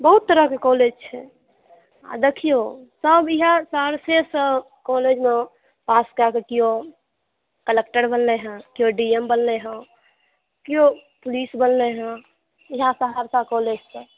बहुत तरहके कॉलेज छै आ देखियौ सभ इहे सहरसेसँ कॉलेजमे पास कऽ कऽ केओ कलक्टर बनलै हँ केओ डी एम बनलै हॅं केओ पुलिस बनलै हॅं इएह सहरसा कॉलेजसँ